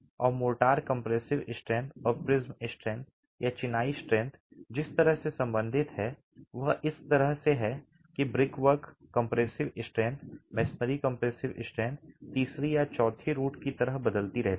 और mortar compressive strength और prism strength या चिनाई स्ट्रेंथ जिस तरह से संबंधित हैं वह इस तरह से है कि brickwork compressive strength masonry compressive strength तीसरी या चौथी रुट की तरह बदलती रहती है